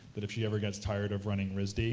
that if she ever gets tired of running risd,